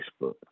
Facebook